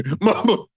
mama